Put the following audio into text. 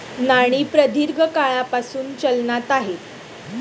नाणी प्रदीर्घ काळापासून चलनात आहेत